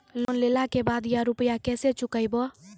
Loan लेला के बाद या रुपिया केसे चुकायाबो?